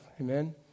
amen